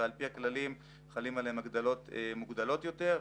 ועל פי הכללים חלות עליהם הגדלות מוגדלות יותר,